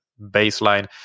baseline